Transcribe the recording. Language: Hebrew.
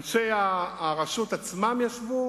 אנשי הרשות עצמם ישבו